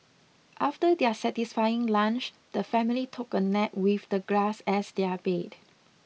after their satisfying lunch the family took a nap with the grass as their bed